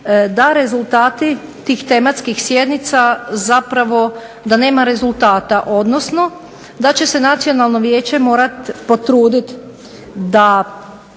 da rezultati tih tematskih sjednica zapravo, da nema rezultata, odnosno da će se nacionalno vijeće morati potruditi da